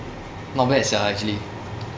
not bad sia actually